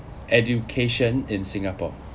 education in singapore